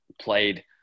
played